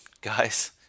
guys